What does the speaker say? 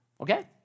Okay